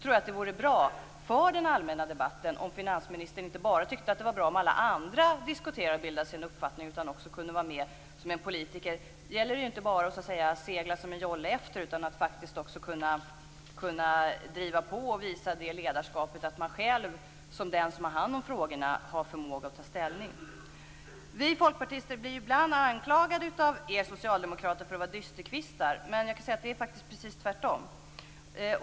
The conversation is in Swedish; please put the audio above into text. Med tanke på det vore det bra för den allmänna debatten om finansministern inte bara tyckte att det var bra om alla andra diskuterar och bildar sig en uppfattning utan också kunde vara med själv. Som politiker gäller det inte bara att segla efter som en jolle. Man måste också kunna driva på och visa ledarskap, att man själv har förmåga att ta ställning som den som har hand om frågorna. Vi folkpartister blir ibland anklagade av er socialdemokrater för att vara dysterkvistar. Men det är faktiskt precis tvärtom.